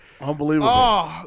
Unbelievable